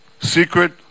secret